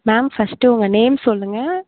ma'am first உங்கள் name சொல்லுங்கள்